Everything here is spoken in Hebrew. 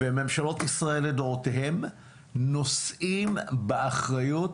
וממשלות ישראל לדורותיהן נושאות באחריות